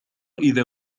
إذا